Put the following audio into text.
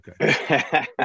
Okay